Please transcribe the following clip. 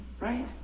Right